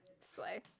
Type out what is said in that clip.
slay